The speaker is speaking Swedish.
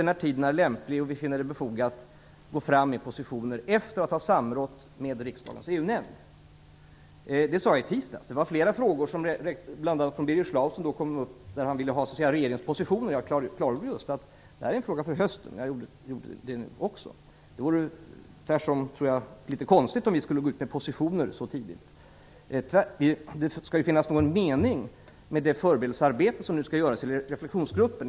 När tiden är lämplig och när vi finner det befogat kommer vi att gå fram med positioner efter att ha samrått med riksdagens EU Det sade jag i tisdags. Det var flera frågor som kom upp då, bl.a. från Birger Schlaug som ville ha regeringens positioner. Jag klargjorde då att det här är en fråga för hösten, och det gjorde jag nu också. Jag tror att det skulle vara litet konstigt om vi skulle gå ut med positioner så här tidigt. Det måste ju vara någon mening med det förberedelsearbete som nu skall göras i reflexionsgruppen.